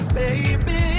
baby